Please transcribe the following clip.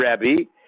Rebbe